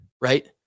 right